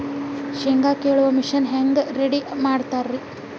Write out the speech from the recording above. ಶೇಂಗಾ ಕೇಳುವ ಮಿಷನ್ ಹೆಂಗ್ ರೆಡಿ ಮಾಡತಾರ ರಿ?